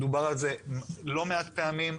דובר על זה לא מעט פעמים.